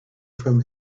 from